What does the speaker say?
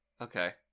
Okay